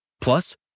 Plus